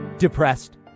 Depressed